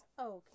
Okay